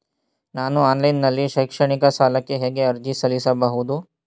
ನಾನು ಆನ್ಲೈನ್ ನಲ್ಲಿ ಶೈಕ್ಷಣಿಕ ಸಾಲಕ್ಕೆ ಹೇಗೆ ಅರ್ಜಿ ಸಲ್ಲಿಸಬಹುದು?